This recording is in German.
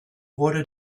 wurde